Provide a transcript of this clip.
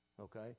Okay